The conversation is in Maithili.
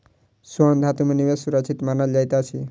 स्वर्ण धातु में निवेश सुरक्षित मानल जाइत अछि